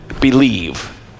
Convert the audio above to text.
believe